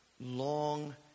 long